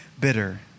bitter